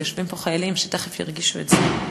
ויושבים פה חיילים שתכף ירגישו את זה.